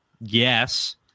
yes